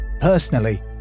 Personally